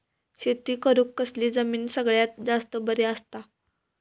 शेती करुक कसली जमीन सगळ्यात जास्त बरी असता?